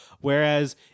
Whereas